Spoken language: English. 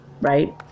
right